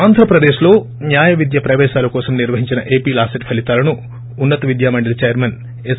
ఆంధ్రప్రదేశ్లో న్యాయవిద్య ప్రపేశాల కోసం నిర్వహించిన ఏపీ లాసెట్ ఫలితాలను ఉన్న త విద్యామండలి చైర్మన్ ఎస్